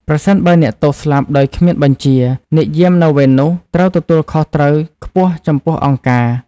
ប្រសិនបើអ្នកទោសស្លាប់ដោយគ្មានបញ្ជា អ្នកយាមនៅវេននោះត្រូវទទួលខុសត្រូវខ្ពស់ចំពោះអង្គការ។